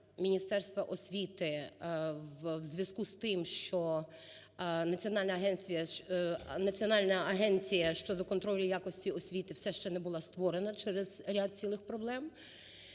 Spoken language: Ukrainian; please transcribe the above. Міністерства освіти в зв'язку з тим, що Національна агенція щодо контролю якості освіти все ще не була створена через ряд цілий проблем.